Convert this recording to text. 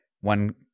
one